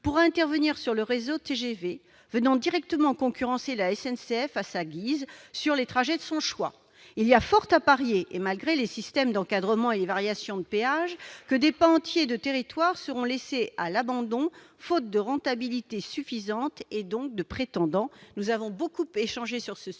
pourra intervenir sur le réseau de TGV, venant directement concurrencer la SNCF à sa guise sur les trajets de son choix. Il y a fort à parier que, malgré les systèmes d'encadrement et les variations de péage, des pans entiers du territoire seront laissés à l'abandon faute de rentabilité suffisante et donc de prétendants- nous avons beaucoup échangé sur ce sujet